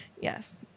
Yes